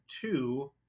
two